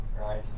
Right